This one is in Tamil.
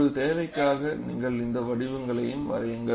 உங்கள் தேவைக்காக நீங்கள் இந்த இரண்டு வடிவங்களையும் வரையுங்கள்